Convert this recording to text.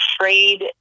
afraid